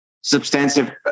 substantive